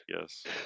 yes